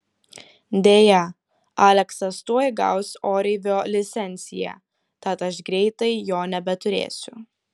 deja aleksas tuoj gaus oreivio licenciją tad aš greitai jo nebeturėsiu